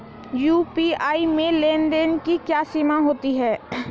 UPI में लेन देन की क्या सीमा होती है?